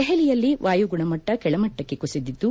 ದೆಹಲಿಯಲ್ಲಿ ವಾಯು ಗುಣಮಟ್ಟ ಕೆಳಮಟ್ಟಕ್ಕೆ ಕುಸಿದಿದ್ದು